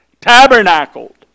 Tabernacled